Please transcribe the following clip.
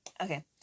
Okay